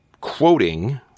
quoting